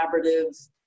collaborative